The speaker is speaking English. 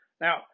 Now